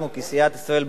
סיעת ישראל ביתנו,